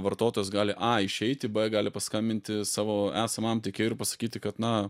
vartotojas gali a išeiti b gali paskambinti savo esamam teikėjui ir pasakyti kad na